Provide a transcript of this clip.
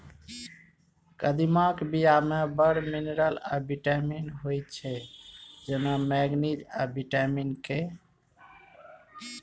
कदीमाक बीया मे बड़ मिनरल आ बिटामिन होइ छै जेना मैगनीज आ बिटामिन के